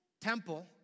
temple